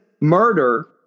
murder